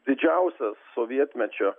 didžiausias sovietmečio